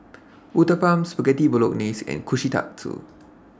Uthapam Spaghetti Bolognese and Kushikatsu